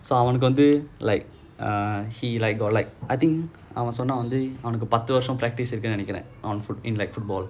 so அவனுக்கு வந்து:avanukku vanthu like err he like got like I think அவன் சொன்னான் வந்து அவனுக்கு பத்து வருஷம் இருக்குனு நெனைக்கிறேன்:avan sonnaan vanthu avanukku pathu varusham irukunnu nenaikkiraen in like football